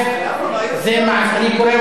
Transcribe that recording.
רק העשירים, למה?